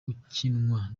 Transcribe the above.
ukinwa